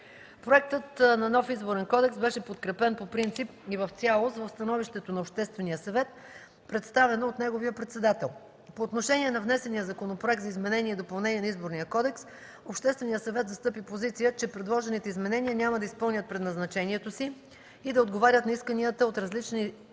Проектът на нов Изборен кодекс беше подкрепен по принцип и в цялост в становището на Обществения съвет, представено от неговия председател. По отношение на внесения Законопроект за изменение и допълнение на Изборния кодекс Общественият съвет застъпи позиция, че предложените изменения няма да изпълнят предназначението си и да отговорят на исканията от различни страни